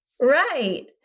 Right